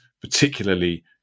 particularly